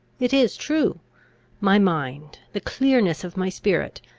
it is true my mind, the clearness of my spirit,